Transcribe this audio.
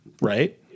right